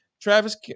Travis